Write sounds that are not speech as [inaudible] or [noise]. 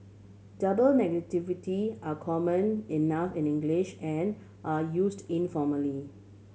double [unintelligible] are common enough in English and are used informally